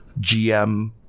GM